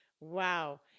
Wow